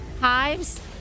hives